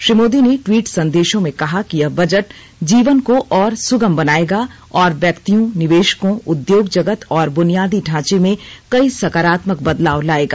श्री मोदी ने ट्वीट संदेशों में कहा कि यह बजट जीवन को और सुगम बनाएगा और व्यक्तियों निवेशकों उद्योग जगत और बुनियादी ढांचे में कई सकारात्मक बदलाव लाएगा